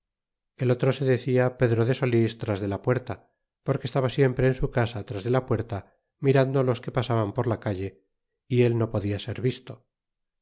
el otro se decia pedro de solís tras de la puerta porque estaba siempre en su casa tras de la puerta mirando los que pasaban por la calle y él no podia ser visto